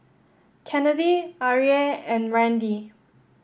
Kennedi Arie and Randi